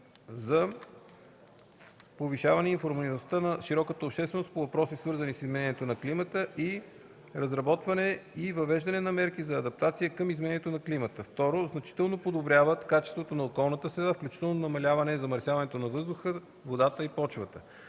з) повишаване информираността на широката общественост по въпроси, свързани с изменението на климата; и) разработване и въвеждане на мерки за адаптация към изменението на климата; 2. значително подобряват качеството на околната среда, включително намаляване замърсяването на въздуха, водата и почвата.”